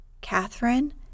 Catherine